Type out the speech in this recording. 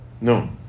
No